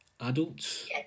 adults